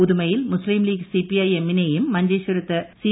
ഉദുമയിൽ Muslim League CPI എമ്മിനെയും മഞ്ചേശ്വരത്ത് C